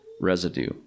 residue